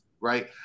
Right